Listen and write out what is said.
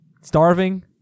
starving